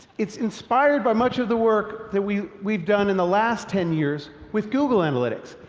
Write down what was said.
it's inspired by much of the work that we've we've done in the last ten years with google analytics,